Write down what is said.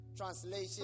translation